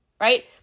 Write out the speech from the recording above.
right